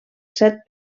set